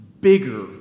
bigger